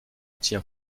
outils